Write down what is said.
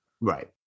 Right